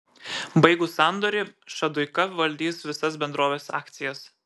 baigus sandorį šaduika valdys visas bendrovės akcijas